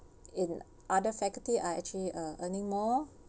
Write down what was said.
in other faculty are actually are earning more